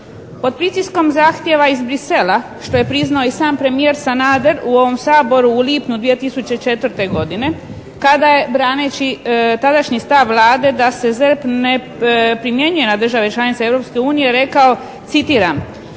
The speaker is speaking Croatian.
Pod pritiskom zahtjeva iz Bruxellesa što je priznao i sam premijer Sanader u ovom Saboru u lipnju 2004. godine kada je braneći tadašnji stav Vlade da se ZERP ne primjenjuje na države članice Europske unije rekao, citiram: